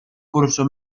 curso